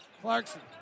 Clarkson